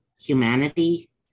humanity